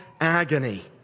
agony